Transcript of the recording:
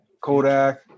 Kodak